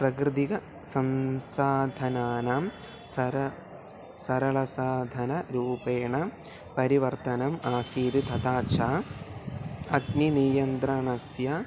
प्राकृतिकसंसाधनानां सर सरलं साधनरूपेण परिवर्तनम् आसीद् तथा च अग्निनियन्त्रणस्य